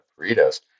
burritos